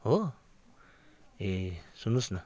हो ए सुन्नु होस् न